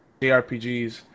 JRPGs